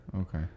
Okay